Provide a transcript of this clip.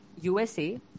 USA